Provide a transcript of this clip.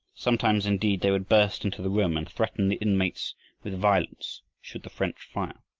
sometimes indeed they would burst into the room and threaten the inmates with violence should the french fire.